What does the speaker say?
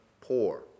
Poor